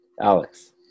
Alex